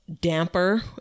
damper